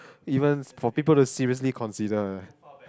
even for people to seriously consider eh